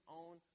own